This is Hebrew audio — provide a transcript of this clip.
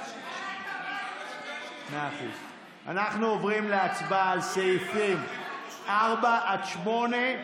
אנחנו עוברים להצבעה על סעיפים 4 8,